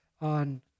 on